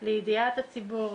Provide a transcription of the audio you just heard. לידיעת הציבור,